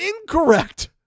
Incorrect